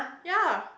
ya